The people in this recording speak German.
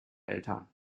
eltern